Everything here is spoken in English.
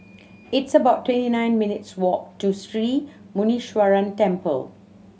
it's about twenty nine minutes' walk to Sri Muneeswaran Temple